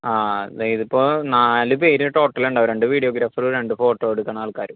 ആ ഇതിപ്പോൾ നാല് പേർ ടോട്ടൽ ഉണ്ടാവും രണ്ടു വിഡിയോഗ്രാഫർ രണ്ട് ഫോട്ടോ എടുക്കുന്ന ആൾക്കാരും